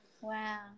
wow